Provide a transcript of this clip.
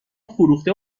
فروخته